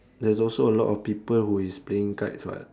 there's also a lot of people who is playing kites [what]